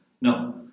No